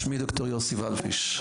שמי ד"ר יוסי וולפיש,